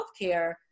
healthcare